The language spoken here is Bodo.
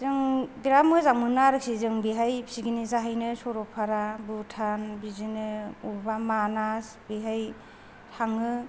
जों बिराद मोजां मोनो आरोखि जों बेहाय पिकनिक जाहैनो सरलपारा भुटान बिदिनो बबेबा मानास बेहाय थाङो